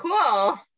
Cool